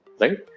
right